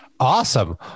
Awesome